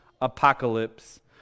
apocalypse